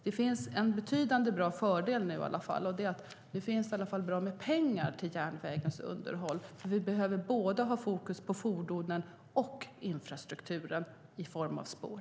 Det finns en betydande och bra fördel nu i alla fall - det finns nämligen bra med pengar till järnvägens underhåll. Vi behöver ha fokus både på fordonen och på infrastrukturen i form av spår.